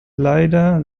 leider